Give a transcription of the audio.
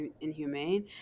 inhumane